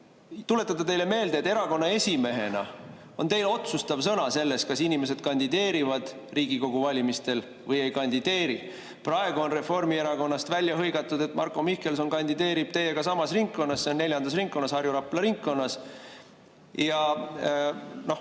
tuletada teile meelde, et erakonna esimehena on teil otsustav sõna selles, kas inimesed kandideerivad Riigikogu valimistel või ei kandideeri. Praegu on Reformierakonnast välja hõigatud, et Marko Mihkelson kandideerib teiega samas ringkonnas, see on neljandas ringkonnas, Harju-Rapla ringkonnas. Ja noh,